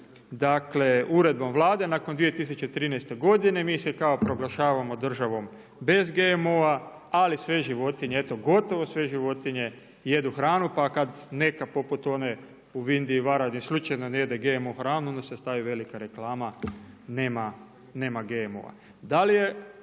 dakle uredbom Vlade nakon 2013. godine. Mi se kao proglašavamo državom bez GMO-a ali sve životinje eto gotovo sve životinje jedu hranu, pa kad neka poput one u Vindiji Varaždin slučajno ne jede GMO hranu onda se stavi velika reklama nema GMO-a. Da